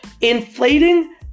Inflating